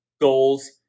goals